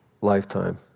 lifetime